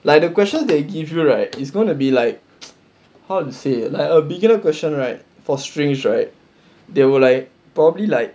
like the questions they give you right it's gonna be like how to say like a bigger question right for strings right they were like probably like